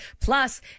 Plus